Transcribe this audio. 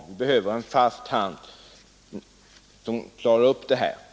Vi behöver en fast hand för att kunna klara upp Östersjöproblematiken.